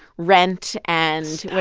rent and. ah